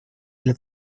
для